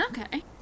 Okay